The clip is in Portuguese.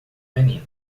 menino